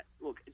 Look